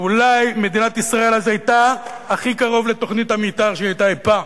ואולי מדינת ישראל אז היתה הכי קרוב לתוכנית המיתאר שהיא היתה אי-פעם.